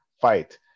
fight